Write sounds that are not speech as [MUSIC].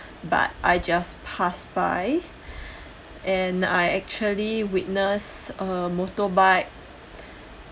but I just passed by [BREATH] and I actually witnessed uh motorbike [BREATH]